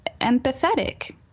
empathetic